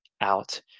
out